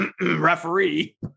referee